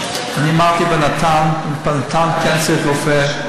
להיות רופא, אני אמרתי, בנט"ן כן צריך רופא.